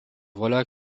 voilà